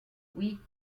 oui